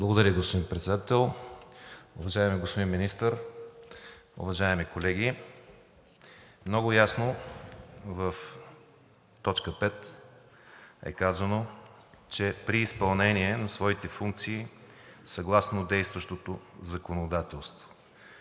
Благодаря, господин Председател. Уважаеми господин Министър, уважаеми колеги! Много ясно в т. 5 е казано, че при изпълнение на своите функции, съгласно действащото законодателство,